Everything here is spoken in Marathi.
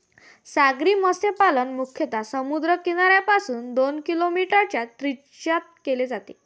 सागरी मत्स्यपालन मुख्यतः समुद्र किनाऱ्यापासून दोन किलोमीटरच्या त्रिज्येत केले जाते